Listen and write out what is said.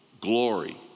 glory